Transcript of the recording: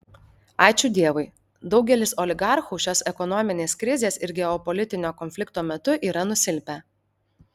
ačiū dievui daugelis oligarchų šios ekonominės krizės ir geopolitinio konflikto metų yra nusilpę